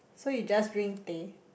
so you just drink teh